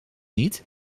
niet